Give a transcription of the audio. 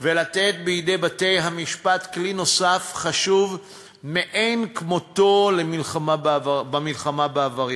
ולתת בידי בתי-המשפט כלי נוסף חשוב מאין כמותו למלחמה בעבריינים.